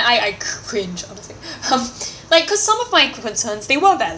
I I cringe honestly um like because some of my concerns they were valid